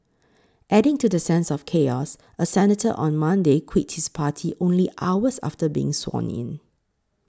adding to the sense of chaos a senator on Monday quit his party only hours after being sworn in